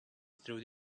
through